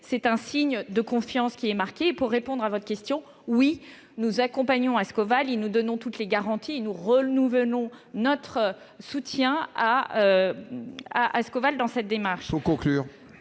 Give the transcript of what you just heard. c'est un signe de confiance. Pour répondre à votre question, oui, nous accompagnons Ascoval, nous lui donnons toutes les garanties et lui renouvelons notre soutien dans cette démarche